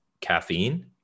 caffeine